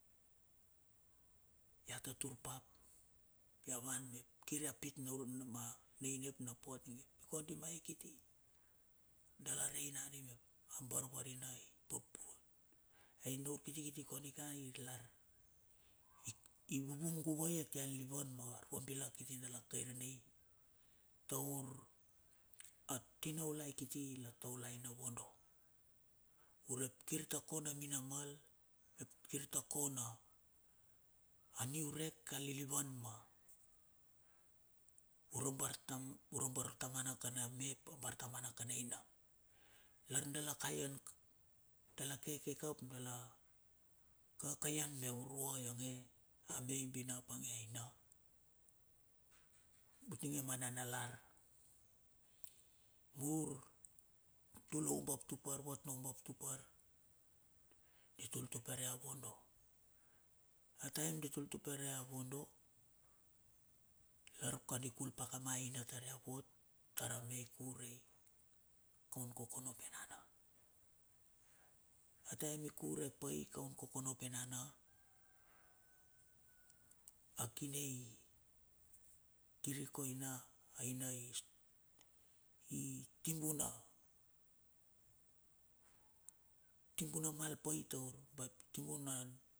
Ya tatur pa ya wan kiri a pit no ur ma, na inep na po atinge kondi ma e kiti dala rei nagandi mep a barvarinai. Pur pur ai na ur kiti kiti kondi ka ing lar, i vuvung govai a tia lilivan mar abilak kiti dala kairanei, taur a tinaulai kiti la taulai na vondo. Urep kir ta ko na mina mal mep kir ta kona anurek a lilivan ma urabar tam, ura bar tamana kan a mep bar tamana kan e ina lar dala kaian ka dala keke ka ap dala kakaian me urua yonge a me bin apange na. Utinge ma nanalar mur tuloubab tu par vat no ubab tu par itul tupere a vondo. Atae di tul tupere a vondo. Lar ka di kul pa kama aina tar ia vot tar a mei kur ei koun kokono ep enana. a taem i kure pai kaun kokono ep enana, a kine i kir ikoina aina i tibuna. Tibuna mal pai taut ap tim bu na.